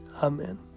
Amen